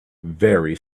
very